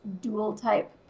dual-type